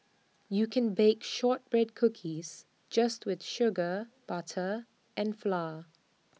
you can bake Shortbread Cookies just with sugar butter and flour